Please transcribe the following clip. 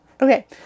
okay